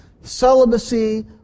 celibacy